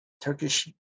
Turkish